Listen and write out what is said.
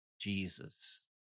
Jesus